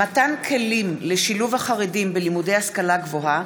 מתן כלים לשילוב החרדים בלימודי השכלה גבוהה.